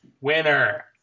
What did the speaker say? Winner